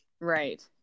right